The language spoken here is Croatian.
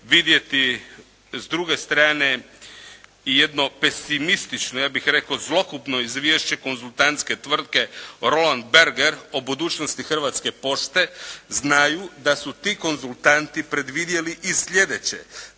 vidjeti s druge strane jedno pesimistično, ja bih rekao zlokupno izvješće konzultantske tvrtke Roland Berger o budućnosti Hrvatske pošte znaju da su ti konzultanti predvidjeli i slijedeće,